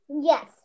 Yes